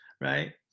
Right